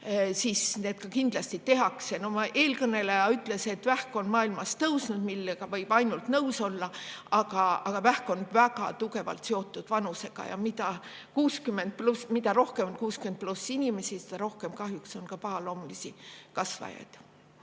siis need ka kindlasti tehakse. No eelkõneleja ütles, et vähki [haigestumine] on maailmas tõusnud. Sellega võib ainult nõus olla, aga vähk on väga tugevalt seotud vanusega ja mida rohkem on 60+ inimesi, seda rohkem kahjuks on ka pahaloomulisi kasvajaid.